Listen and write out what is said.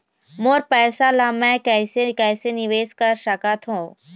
मोर पैसा ला मैं कैसे कैसे निवेश कर सकत हो?